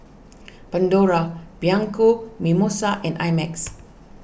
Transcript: Pandora Bianco Mimosa and I Max